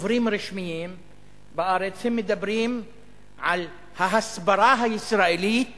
דוברים רשמיים בארץ, הם מדברים על ההסברה הישראלית